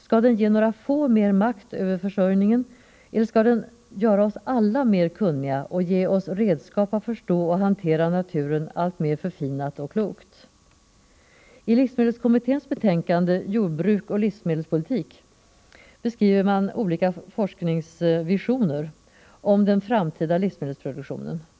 Skall den ge några få mer makt över vår försörjning eller skall den göra oss alla mer kunniga och ge oss redskap att förstå och hantera naturen alltmer förfinat och klokt? I livsmedelskommitténs betänkande Jordbruksoch livsmedelspolitik beskriver man olika forskarvisioner om den framtida livsmedelsproduktionen.